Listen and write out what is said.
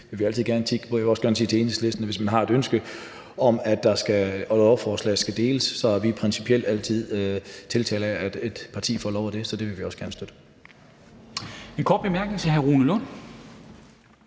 Det vil vi altid gerne kigge på. Jeg vil også gerne sige til Enhedslisten, at hvis man har et ønske om, at lovforslaget skal deles, er vi principielt altid fortalere for, at et parti får lov til det, så det vil vi også gerne støtte. Kl. 10:32 Formanden